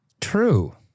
True